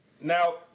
now